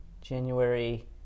January